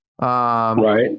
Right